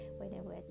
whenever